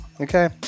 okay